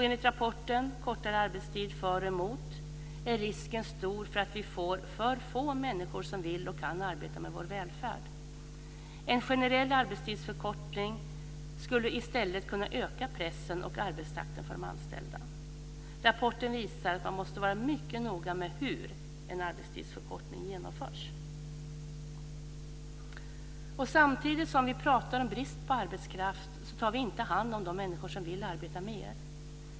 Enligt rapporten Kortare arbetstid - för och emot är risken stor att vi får för få människor som vill och kan arbeta med vår välfärd. En generell arbetstidsförkortning skulle i stället kunna öka pressen och arbetstakten för de anställda. Rapporten visar att man måste vara mycket noga med hur en arbetstidsförkortning genomförs. Samtidigt som vi pratar om brist på arbetskraft tar vi inte hand om de människor som vill arbeta mer.